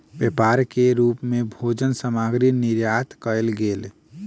व्यापार के रूप मे भोजन सामग्री निर्यात कयल गेल